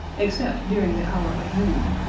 except during the hour of noon,